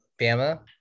bama